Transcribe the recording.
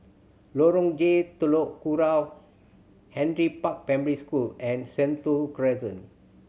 Lorong J Telok Kurau Henry Park Primary School and Sentul Crescent